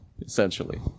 essentially